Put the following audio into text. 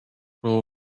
will